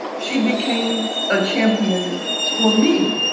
she became a champion for me,